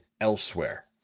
elsewhere